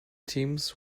teams